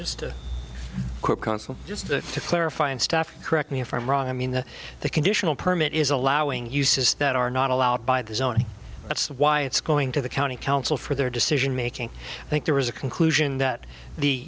just to clarify and stuff correct me if i'm wrong i mean the conditional permit is allowing uses that are not allowed by the zoning that's why it's going to the county council for their decision making i think there was a conclusion that the